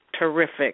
terrific